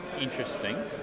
interesting